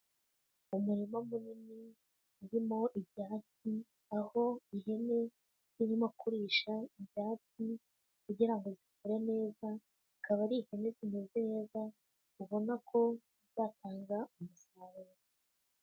Umurima munini urimo ibyatsi, aho ihene zirimo kurisha ibyatsi kugira zikure neza, ikaba ari ihene zimeze neza, ubona ko zatanga umusaruro.